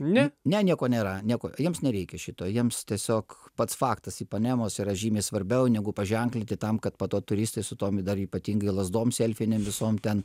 ne ne nieko nėra nieko jiems nereikia šito jiems tiesiog pats faktas ipanemos yra žymiai svarbiau negu paženklinti tam kad po to turistai su tom dar ypatingai lazdom selfinėm visom ten